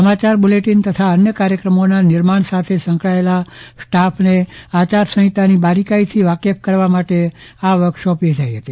સમાચાર બુલેટીન તથા અન્ય કાર્યક્રમોના નિર્માણ સાથે સંકળાયેલા સ્ટાફને આચારસંહિતાની બારીકાઈથી વાકેફ કરવા માટે વર્કશોપ યોજાઈ હતી